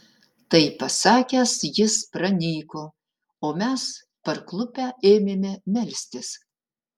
tai pasakęs jis pranyko o mes parklupę ėmėme melstis